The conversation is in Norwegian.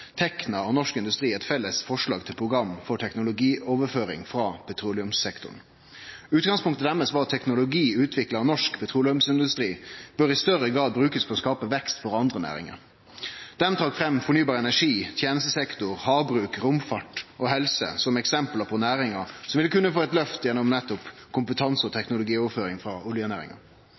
Tekna og Norsk Industri eit felles forslag til program for teknologioverføring frå petroleumssektoren. Utgangspunktet deira var at teknologi utvikla av norsk petroleumsindustri i større grad bør bli brukt for å skape vekst for andre næringar. Dei trekte fram fornybar energi, tenestesektor, havbruk, romfart og helse som eksempel på næringar som ville kunne få eit løft gjennom nettopp kompetanse- og teknologioverføring frå oljenæringa.